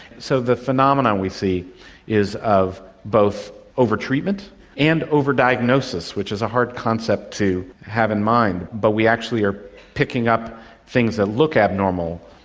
so the phenomenon we see is of both overtreatment and overdiagnosis, which is a hard concept to have in mind, but we actually are picking up things that look abnormal.